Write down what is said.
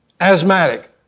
asthmatic